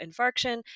infarction